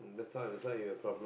that's why that's why you have problem